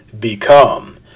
become